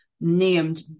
named